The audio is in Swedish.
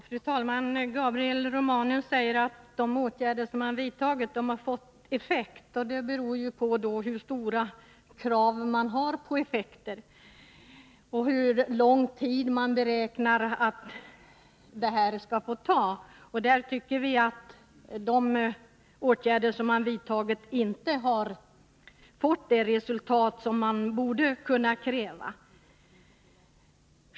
Fru talman! Gabriel Romanus sade att de åtgärder som har vidtagits har fått effekter. Men det beror ju på hur stora krav man har på effekter och hur lång tid man beräknar att insatserna skall få ta. Vi tycker att de åtgärder som har vidtagits inte har fått det resultat som man borde kunna kräva.